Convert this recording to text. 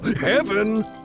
heaven